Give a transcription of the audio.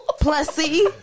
Plessy